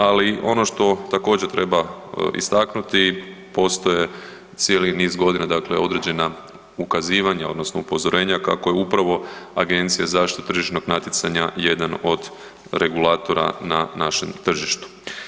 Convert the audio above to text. Ali ono što također treba istaknuti postoje cijeli niz godina, dakle određena ukazivanja, odnosno upozorenja kako je upravo Agencija za zaštitu tržišnog natjecanja jedan od regulatora na našem tržištu.